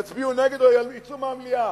יצביעו נגד או יצאו מהמליאה,